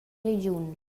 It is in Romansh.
regiun